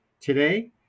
Today